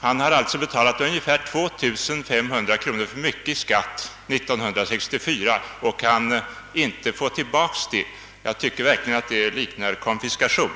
Personen i fråga har betalat ungefär 2500 kronor för mycket i skatt 1964 och kan inte få tillbaka beloppet. Det liknar enligt min mening verkligen konfiskation.